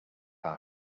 our